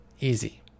easy